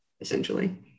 essentially